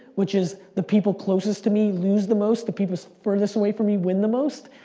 which is the people closest to me lose the most, the people furthest away from me win the most,